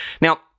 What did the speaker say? Now